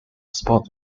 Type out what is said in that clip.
spot